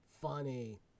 funny